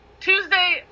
Tuesday